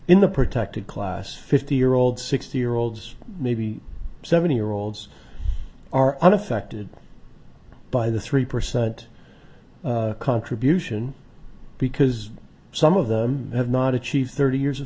in the protected class fifty year old sixty year olds maybe seventy year olds are unaffected by the three percent contribution because some of them have not achieved thirty years of